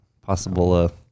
possible